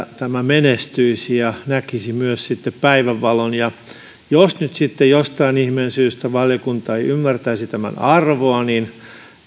tämä menestyisi ja näkisi myös sitten päivänvalon jos nyt sitten jostain ihmeen syystä valiokunta ei ymmärtäisi tämän arvoa niin